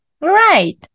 right